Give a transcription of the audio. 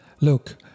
Look